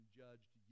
judged